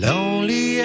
Lonely